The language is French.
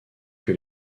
que